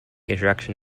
introduction